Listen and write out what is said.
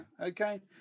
okay